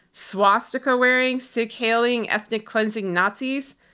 swastika-wearing, seig-heiling, ethnic-cleansing nazis?